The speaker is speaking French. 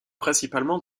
principalement